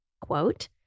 quote